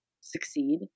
succeed